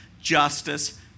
justice